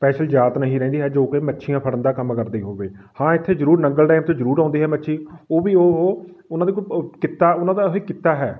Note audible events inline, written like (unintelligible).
special ਜਾਤ ਨਹੀਂ ਰਹਿੰਦੀ ਹੈ ਜੋ ਕਿ ਮੱਛੀਆਂ ਫੜਨ ਦਾ ਕੰਮ ਕਰਦੇ ਹੋਵੇ ਹਾਂ ਇੱਥੇ ਜ਼ਰੂਰ ਨੰਗਲ ਡੈਮ ਤੋਂ ਜ਼ਰੂਰ ਆਉਂਦੀ ਜ਼ ਮੱਛੀ ਉਹ ਵੀ ਉਹ ਉਹਨਾਂ ਦਾ (unintelligible) ਕਿੱਤਾ ਉਹਨਾਂ ਦਾ ਇਹ ਕਿੱਤਾ ਹੈ